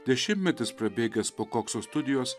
dešimtmetis prabėgęs po kokso studijos